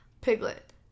Piglet